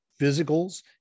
physicals